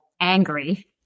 angry